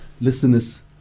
listeners